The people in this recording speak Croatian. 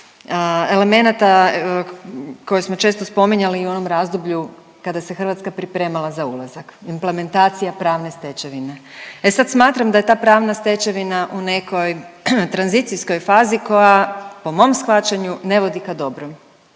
elemenata koje smo često spominjali i u onom razdoblju kada se Hrvatska pripremala za ulazak. Implementacija pravne stečevine. E sad smatram da je ta pravna stečevina u nekoj tranzicijskoj fazi koja po mom shvaćanju, ne vodi ka dobrom.